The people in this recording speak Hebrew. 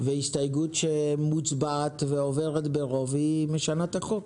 והסתייגות שעוברת ברוב משנה את החוק.